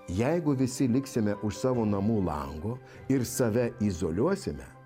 jeigu visi liksime už savo namų lango ir save izoliuosime